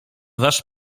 wasz